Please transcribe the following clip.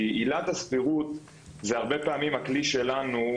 כי עילת הסבירות זה הרבה פעמים הכלי שלנו,